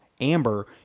amber